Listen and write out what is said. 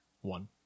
one